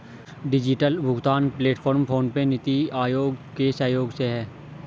digital भुगतान platform PhonePe, NITI Aayog के सहयोग से है